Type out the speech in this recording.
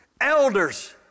elders